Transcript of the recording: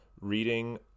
reading